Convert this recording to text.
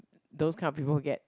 those kind of people who get